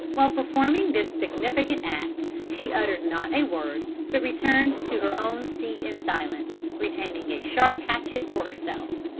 while performing this significant act she uttered not a word, but returned to her own seat in silence, retaining a sharp hatchet for herself.